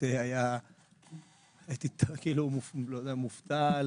הייתי מופתע,